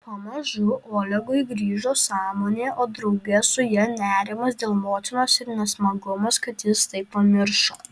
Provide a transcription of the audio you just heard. pamažu olegui grįžo sąmonė o drauge su ja nerimas dėl motinos ir nesmagumas kad jis tai pamiršo